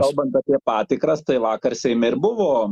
kalbant apie patikras tai vakar seime ir buvo